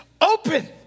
open